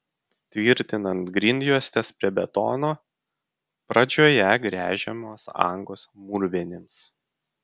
tvirtinant grindjuostes prie betono pradžioje gręžiamos angos mūrvinėms